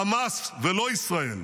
החמאס, ולא ישראל,